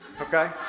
Okay